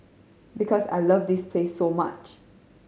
because I love this place so much